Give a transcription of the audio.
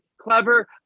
Clever